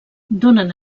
donen